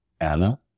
Anna